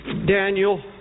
Daniel